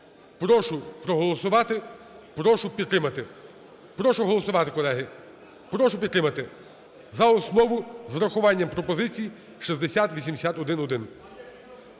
Прошу проголосувати, прошу підтримати. Прошу голосувати, колеги. Прошу підтримати за основу, з урахуванням пропозицій 6081-1.